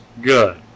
Good